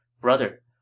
Brother